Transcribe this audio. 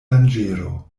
danĝero